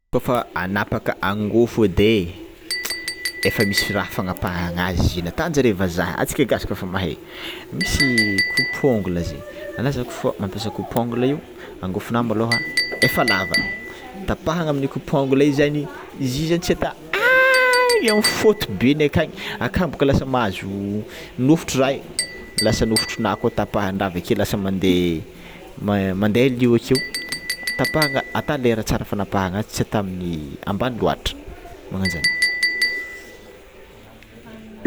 Kôfa anapaka angofo edy e efa misy raha fagnapahan'anazy zio nataonjareo vazaha antsika gasy ko efa mahay, misy coupe ongle zay anao zany fo ampiasa coupe ongle io, angofonao môlô efa lava tapahangna amin'io coupe ongle io zany izy io zany tsy atao ah eo amy fôtibeny akagny aka boka lasa mahazo nofotra raha igny lasa nofotranao ko tapahanandraha avekeo lasa mande mande lio akeo tapahagna ata lera tsara fanapahagna azy tsy atao amin'ny ambany loatra magnanjany.